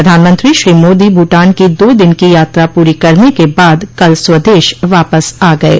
प्रधानमंत्री श्री मोदी भूटान की दो दिन की यात्रा पूरी करने के बाद कल स्वदेश वापस आ गये